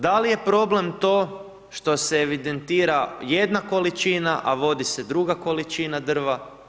Da li je problem to što se evidentira jedna količina, a vodi se druga količina drva?